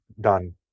done